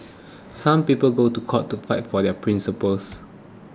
some people go to court to fight for their principles